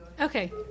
Okay